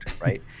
right